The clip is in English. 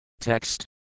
Text